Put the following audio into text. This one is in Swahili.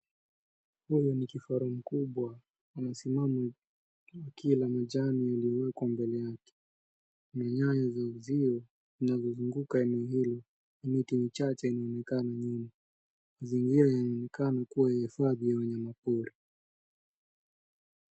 Huyu ni kifaru mkubwa amesimama akila majani yaliyoekwa mbele yake. Nyaya za uzio zinazozunguka eneo hili. Miti michache inaonekana nyuma. Mazingira yanaonekana kuwa ya hifadhi ya wanyama pori.